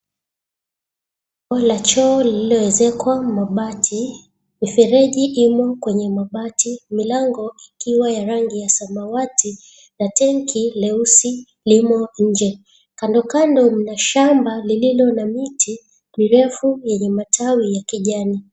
Kuna choo lililoezekwa mabati milango ikiwa ya samawati na tangi leusi limo nje kando kando kuna shamba lililo na miti mirefu yenye matawi ya kijani.